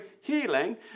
healing